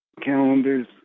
calendars